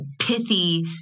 pithy